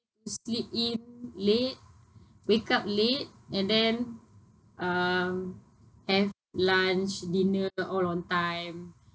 sleep in late wake up late and then uh have lunch dinner all on time